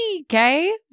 okay